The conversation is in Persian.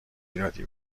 ایرادی